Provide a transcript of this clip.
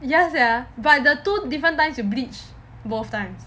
ya sia but the two different times you bleach both times